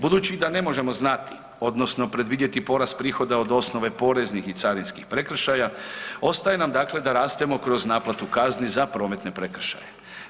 Budući da ne možemo znati odnosno predvidjeti porast prihoda od osnove poreznih i carinskih prekršaja ostaje nam da rastemo kroz naplatu kazni za prometne prekršaje.